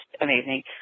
amazing